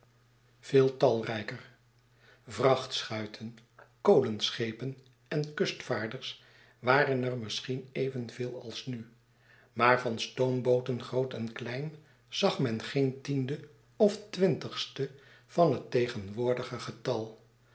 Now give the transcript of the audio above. veel talrijker vrachtschuiten kolenschepen en kustvaarders waren er misschien evenveel als nu maar van stoombooten groot en klein zag men geen tiende of twintigste van het tegenwoordige getal